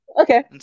Okay